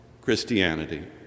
Christianity